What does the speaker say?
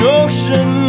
ocean